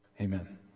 Amen